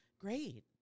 Great